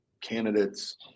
candidates